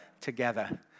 together